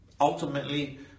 ultimately